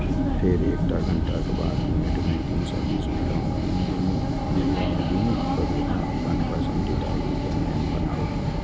फेर एक घंटाक बाद नेट बैंकिंग सर्विस मे लॉगइन करू आ अपन पसंदीदा यूजरनेम बनाउ